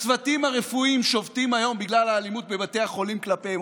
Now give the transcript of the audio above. הצוותים הרפואיים שובתים היום בגלל האלימות בבתי החולים כלפיהם,